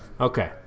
Okay